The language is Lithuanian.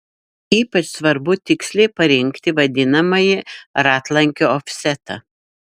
ypač svarbu tiksliai parinkti vadinamąjį ratlankio ofsetą